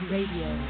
Radio